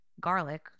garlic